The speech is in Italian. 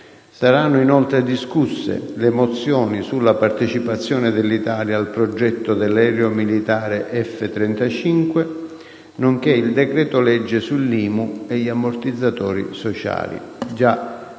Saranno inoltre discusse le mozioni sulla partecipazione dell'Italia al progetto dell'aereo militare F35, nonché il decreto-legge sull'IMU e gli ammortizzatori sociali,